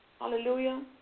hallelujah